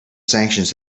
sanctions